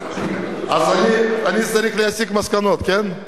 אז, אני צריך להסיק מסקנות, כן?